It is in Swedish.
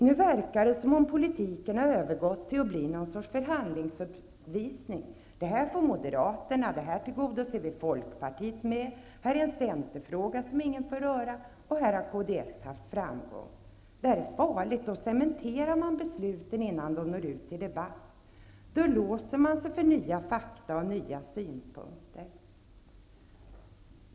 Nu verkar det som om politiken har övergått till att bli någon sorts förhandlingsuppvisning: Det här får moderaterna. Det här tillgodoser vi folkpartiet med. Det här är en centerfråga, som ingen får röra. Och här har kds haft framgång. Det är farligt, för då cementerar man besluten innan de når ut till debatt. Då låser man sig för nya fakta och nya synpunkter.